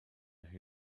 who